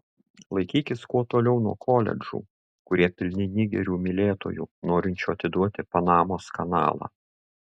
laikykis kuo toliau nuo koledžų kurie pilni nigerių mylėtojų norinčių atiduoti panamos kanalą